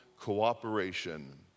cooperation